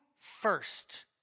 first